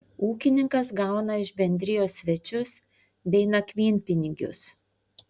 ūkininkas gauna iš bendrijos svečius bei nakvynpinigius